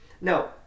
Now